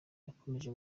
yakomeje